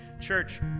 Church